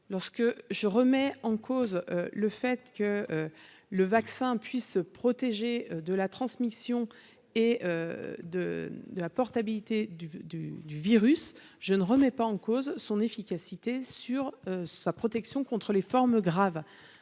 lorsque je remets en cause le fait que le vaccin, puisse se protéger de la transmission et de de la portabilité du du du virus, je ne remets pas en cause son efficacité sur sa protection contre les formes graves,